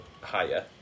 higher